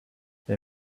they